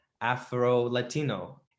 Afro-Latino